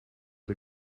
die